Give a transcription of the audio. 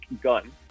gun